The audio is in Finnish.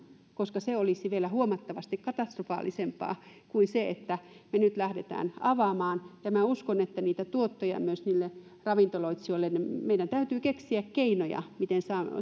koska se olisi vielä huomattavasti katastrofaalisempaa kuin se että me nyt lähdemme avaamaan minä uskon että niitä tuottoja myös niille ravintoloitsijoille saamme ja meidän täytyy keksiä keinoja miten